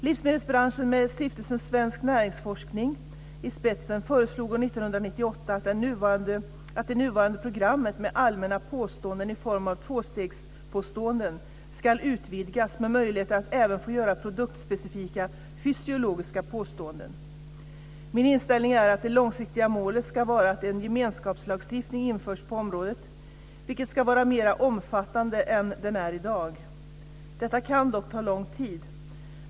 Livsmedelsbranschen, med Stiftelsen Svensk Näringsforskning i spetsen, föreslog år 1998, att det nuvarande programmet med allmänna påståenden i form av tvåstegspåståenden ska utvidgas med möjligheter att även få göra produktspecifika fysiologiska påståenden. Min inställning är att det långsiktiga målet ska vara att en gemenskapslagstiftning införs på området vilken ska vara mer omfattande än den är i dag. Detta kan dock ta lång tid.